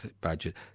budget